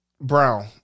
Brown